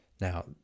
Now